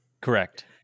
Correct